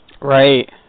Right